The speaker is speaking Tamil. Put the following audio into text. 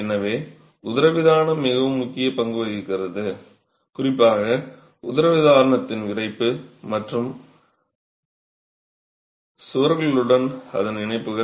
எனவே உதரவிதானம் மிகவும் முக்கிய பங்கு வகிக்கிறது குறிப்பாக உதரவிதானத்தின் விறைப்பு மற்றும் மற்ற சுவர்களுடன் அதன் இணைப்புகள்